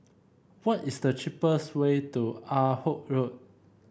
what is the cheapest way to Ah Hood Road